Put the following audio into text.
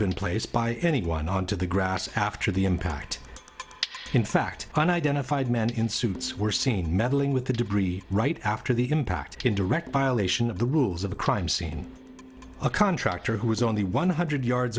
been placed by anyone on to the grass after the impact in fact an identified men in suits were seen meddling with the debris right after the impact in direct violation of the rules of the crime scene a contractor who is only one hundred yards